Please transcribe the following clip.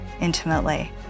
intimately